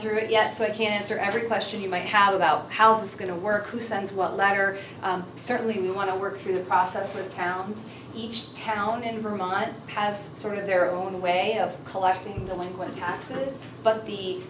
through it yet so i can't answer every question you might have about how it's going to work who sends what latter certainly want to work through the process for the town each town in vermont has sort of their own way of collecting delinquent taxes but